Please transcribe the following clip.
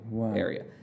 area